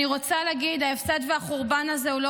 אני רוצה להגיד: ההפסד והחורבן הזה הוא לא